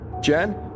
Jen